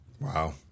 Wow